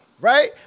Right